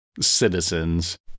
citizens